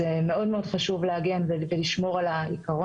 אנחנו ערים לאחרונה בכנסת ואני חושבת שאפילו פה בוועדה שלך,